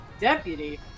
Deputy